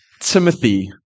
Timothy